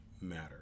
matter